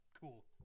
cool